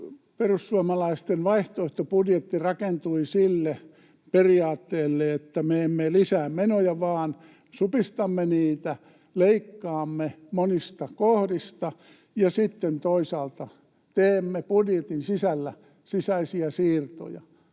Perussuomalaisten vaihtoehtobudjetti rakentui sille periaatteelle, että me emme lisää menoja vaan supistamme niitä, leikkaamme monista kohdista ja sitten toisaalta teemme budjetin sisällä sisäisiä siirtoja,